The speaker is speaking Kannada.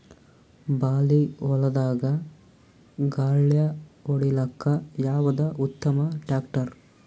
ಬಾಳಿ ಹೊಲದಾಗ ಗಳ್ಯಾ ಹೊಡಿಲಾಕ್ಕ ಯಾವದ ಉತ್ತಮ ಟ್ಯಾಕ್ಟರ್?